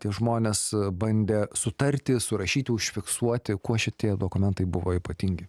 tie žmonės bandė sutarti surašyti užfiksuoti kuo šitie dokumentai buvo ypatingi